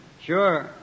Sure